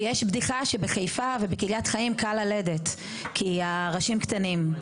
ויש בדיחה שבחיפה ובקריית חיים קל ללדת כי הראשים קטנים,